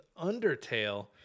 undertale